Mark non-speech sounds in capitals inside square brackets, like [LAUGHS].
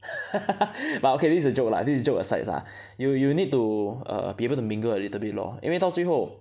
[LAUGHS] but okay this is a joke lah this is the joke aside lah you you need to err be able to mingle a little bit lor 因为到最后